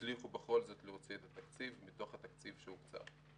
הצליחו בכל זאת להוציא את התקציב מתוך התקציב שהוקצה.